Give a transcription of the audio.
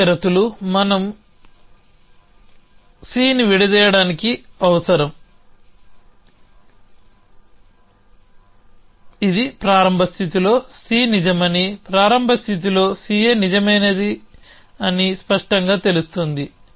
C షరతులు మన C ని విడదీయడానికి అవసరం ఇది ప్రారంభ స్థితిలో C నిజమని ప్రారంభ స్థితిలో CA నిజమైనదని స్పష్టంగా తెలుస్తుంది